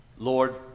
Lord